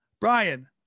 Brian